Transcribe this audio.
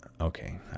Okay